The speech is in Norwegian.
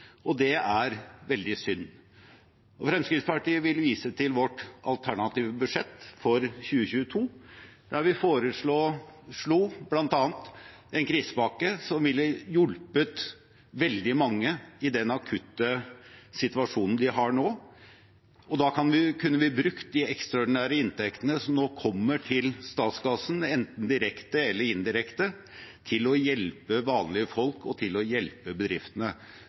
Det er veldig synd. Fremskrittspartiet vil vise til vårt alternative budsjett for 2022, der vi bl.a. foreslo en krisepakke som ville hjulpet veldig mange i den akutte situasjonen de har nå. Da kunne vi brukt de ekstraordinære inntektene som nå kommer til statskassen, enten direkte eller indirekte, til å hjelpe vanlige folk og til å hjelpe bedriftene